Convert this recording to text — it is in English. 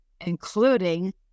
including